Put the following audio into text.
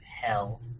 hell